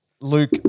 Luke